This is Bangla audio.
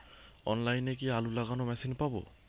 অনলাইনে কি আলু লাগানো মেশিন পাব?